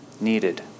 needed